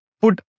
put